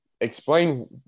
explain